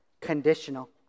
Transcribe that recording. conditional